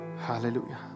hallelujah